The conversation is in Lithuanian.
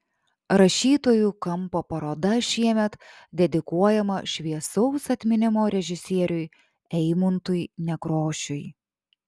rašytojų kampo paroda šiemet dedikuojama šviesaus atminimo režisieriui eimuntui nekrošiui